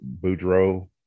Boudreaux